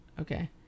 okay